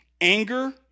anger